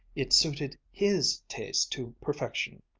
it suited his taste to perfection.